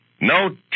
No